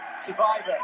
survivor